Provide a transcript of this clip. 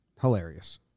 hilarious